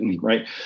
Right